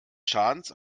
schadens